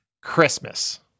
Christmas